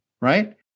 right